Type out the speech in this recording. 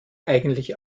eigentlich